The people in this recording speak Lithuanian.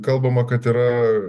kalbama kad yra